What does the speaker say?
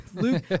Luke